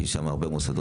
כי יש שם הרבה מוסדות